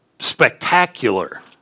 spectacular